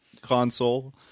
console